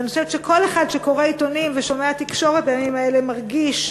ואני חושבת שכל אחד שקורא עיתונים ושומע תקשורת בימים האלה מרגיש,